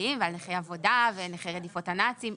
כלליים ועל נכי עבודה ונכי רדיפות הנאצים,